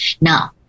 now